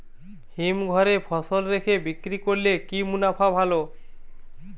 হিমঘরে ফসল রেখে বিক্রি করলে কি মুনাফা ভালো?